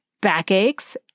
backaches